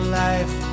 life